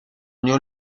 unió